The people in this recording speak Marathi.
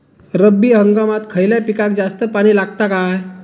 रब्बी हंगामात खयल्या पिकाक जास्त पाणी लागता काय?